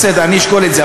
בסדר, אני אשקול את זה.